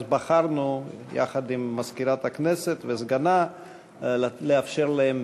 בחרנו יחד עם מזכירת הכנסת ועם סגנה לאפשר להם,